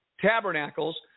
Tabernacles